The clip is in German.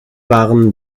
waren